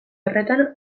horretan